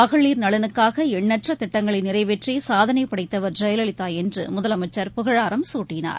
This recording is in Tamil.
மகளிர் நலனுக்காகஎண்ணற்றதிட்டங்களைநிறைவேற்றிசாதனைபடைத்தவர் ஜெயலலிதாஎன்றுமுதலமைச்சி புகழாரம் குட்டினார்